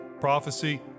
prophecy